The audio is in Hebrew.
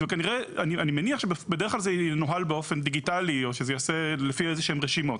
אני מניח שזה ינוהל באופן דיגיטלי או ייעשה לפי איזה שהן רשימות.